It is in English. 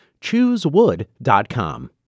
Choosewood.com